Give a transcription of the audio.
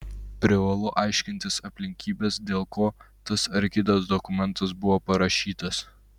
privalu aiškintis aplinkybes dėl ko tas ar kitas dokumentas buvo parašytas